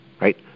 right